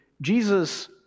Jesus